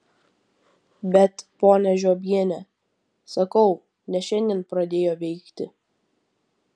bet ponia žiobiene sakau ne šiandien pradėjo veikti